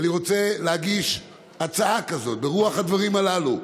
ואני רוצה להגיש הצעה כזאת, ברוח הדברים הללו,